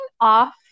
off